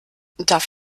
darf